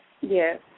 Yes